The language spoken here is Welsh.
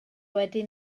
wedi